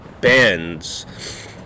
bands